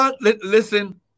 listen